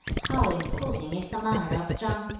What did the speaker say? how imposing is the manner of chang!